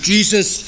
Jesus